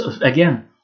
Again